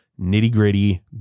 nitty-gritty